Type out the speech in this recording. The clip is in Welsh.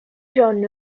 john